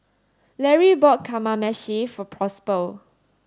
Lary bought Kamameshi for Possible